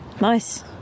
nice